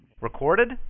Recorded